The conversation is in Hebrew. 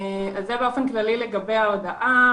זה באופן כללי לגבי ההודעה,